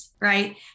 right